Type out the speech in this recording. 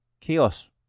chaos